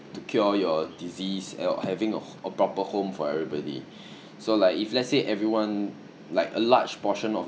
to cure your disease or having a h~ a proper home for everybody so like if let's say everyone like a large portion of